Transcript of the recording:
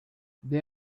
they